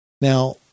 Now